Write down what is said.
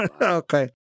okay